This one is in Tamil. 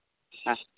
ஆ